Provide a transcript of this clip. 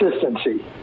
consistency